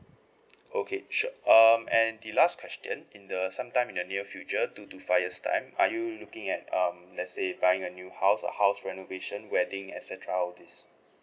okay sure um and the last question in the sometime in the near future two to five years' time are you looking at um let's say buying a new house or house renovation wedding et cetera all this